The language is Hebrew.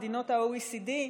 במדינות ה-OECD.